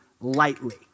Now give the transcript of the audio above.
lightly